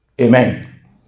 Amen